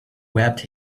wept